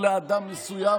במשך למעלה מ-20 שנה.